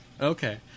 Okay